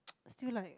still like